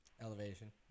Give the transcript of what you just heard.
elevation